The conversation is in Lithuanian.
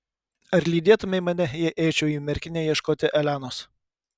ar lydėtumei mane jei eičiau į merkinę ieškoti elenos